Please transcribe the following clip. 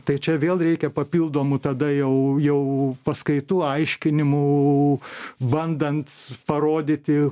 tai čia vėl reikia papildomų tada jau jau paskaitų aiškinimų bandant parodyti